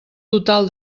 total